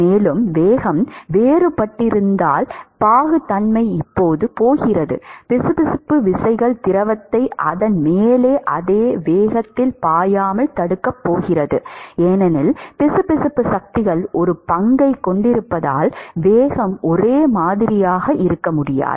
மேலும் வேகம் வேறுபட்டிருப்பதால் பாகுத்தன்மை இப்போது போகிறது பிசுபிசுப்பு விசைகள் திரவத்தை அதன் மேலே அதே வேகத்தில் பாயாமல் தடுக்கப் போகிறது ஏனெனில் பிசுபிசுப்பு சக்திகள் ஒரு பங்கைக் கொண்டிருப்பதால் வேகம் ஒரே மாதிரியாக இருக்க முடியாது